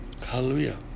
Hallelujah